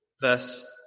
verse